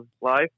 life